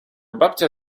babcia